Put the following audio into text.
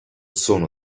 sono